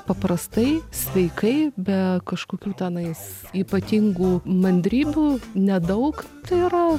paprastai sveikai be kažkokių tenais ypatingų mandrybių nedaug tai yra